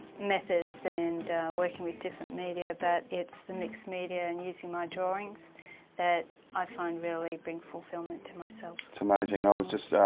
methods and ah working with different media but it's the mix media and using my drawings that i find really bring fulfilment to myself. it's amazing and i was just,